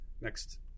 next